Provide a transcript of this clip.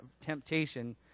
temptation